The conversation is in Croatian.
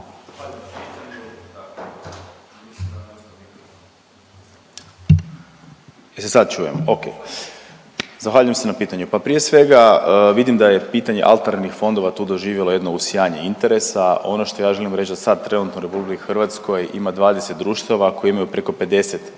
Zahvaljujem se na pitanju. Pa prije svega vidim da je pitanje alternativnih fondova tu doživjelo jedno usijanje interesa. Ono što ja želim reć da sad trenutno u RH ima 20 društava koja imaju preko 50